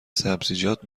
سبزیجات